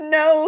no